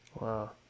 Wow